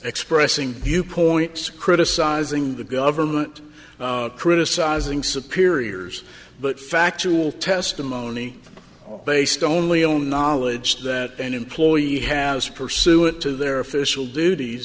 expressing viewpoints criticizing the government criticizing superiors but factual testimony based only on knowledge that an employee has pursue it to their official duties